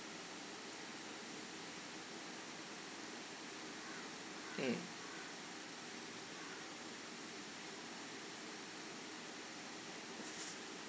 mm